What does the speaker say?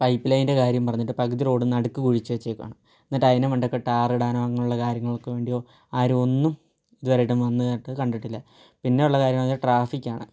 pipe ലൈനിൻ്റെ കാര്യം പറഞ്ഞിട്ട് പകുതി റോഡ് നടുക്ക് കുഴിച്ച് വെച്ചിരിക്കുവാണ് എന്നിട്ട് അതിൻ്റെ മണ്ടക്ക് ടാർ ഇടാനോ അങ്ങനെയുള്ള കാര്യങ്ങൾക്ക് വേണ്ടിയോ ആരും ഒന്നും ഇതുവരെയായിട്ട് വന്നതായിട്ട് കണ്ടിട്ടില്ല പിന്നെ ഉള്ള കാര്യം എന്ന് വെച്ചാൽ ട്രാഫിക്കാണ്